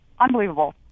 unbelievable